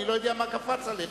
אני לא יודע מה קפץ עליך.